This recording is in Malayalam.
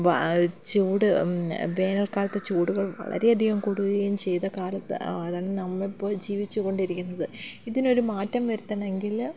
ചൂട് വേനൽക്കാലത്ത് ചൂടുകൾ വളരെയധികം കൂടുകയും ചെയ്ത കാലത്ത് അതാണ് നമ്മൾ ഇപ്പോൾ ജീവിച്ചു കൊണ്ടിരിക്കുന്നത് ഇതിനൊരു മാറ്റം വരുത്തണമെങ്കിൽ